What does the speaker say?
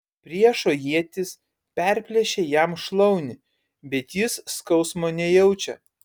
priešo ietis perplėšia jam šlaunį bet jis skausmo nejaučia